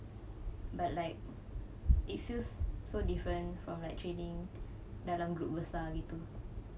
but like it feels so different from like training dalam group besar begitu